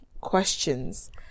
questions